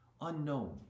unknown